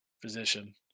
physician